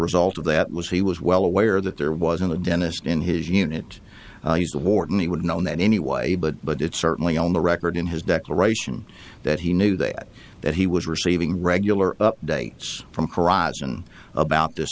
result of that was he was well aware that there wasn't a dentist in his unit he's a warden he would know that anyway but but it's certainly on the record in his declaration that he knew that that he was receiving regular updates from horizon about this